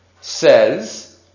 says